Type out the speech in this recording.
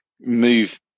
move